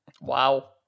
Wow